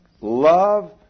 Love